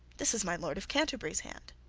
this is my lord of canterbury's hand.